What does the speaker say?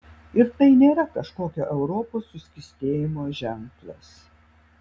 ir tai nėra kažkokio europos suskystėjimo ženklas